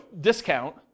discount